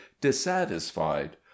dissatisfied